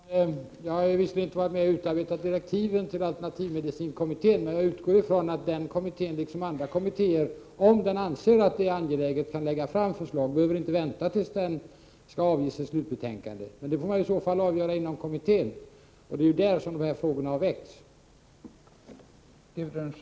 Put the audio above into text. Fru talman! Jag har visserligen inte varit med om att utarbeta direktiven till alternativmedicinkommittén, men jag utgår ifrån att den kommittén, liksom andra kommittér, kan lägga fram förslag om den anser att det är angeläget. Den behöver inte vänta tills den skall avge sitt slutbetänkande. Det får man emellertid i så fall avgöra inom kommittén. Det är ju där som dessa frågor har väckts.